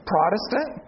Protestant